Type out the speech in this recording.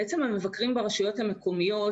המבקרים ברשויות המקומיות,